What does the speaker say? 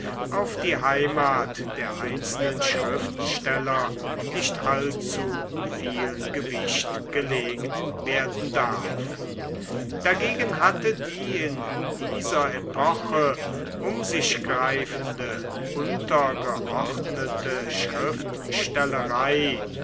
auf die heimat der einzelnen schriftsteller nicht allzu viel gewicht gelegt werden darf dagegen hatte die in dieser epoche um sich greifende untergeordnete